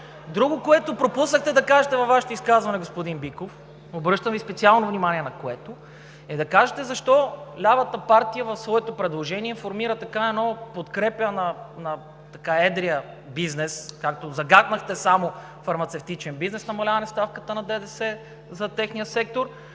Друго, което пропуснахте да кажете във Вашето изказване, господин Биков, на което Ви обръщам специално внимание, е да кажете защо лявата партия в своето предложение формира една подкрепа на едрия бизнес, както загатнахте, само на фармацевтичния бизнес – намаляване ставката на ДДС за техния сектор,